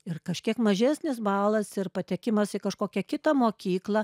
ir kažkiek mažesnis balas ir patekimas į kažkokią kitą mokyklą